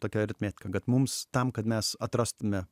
tokia aritmetika kad mums tam kad mes atrastume